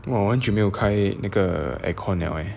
!wah! 完全没有开那个 aircon liao eh